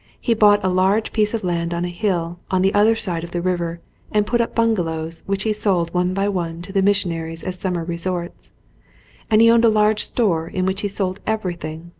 he bought a large piece of land on a hill on the other side of the river and put up bungalows which he sold one by one to the missionaries as summer resorts and he owned a large store in which he sold everything,